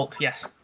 yes